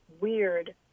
weird